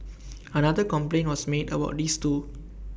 another complaint was made about this too